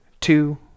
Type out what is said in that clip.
two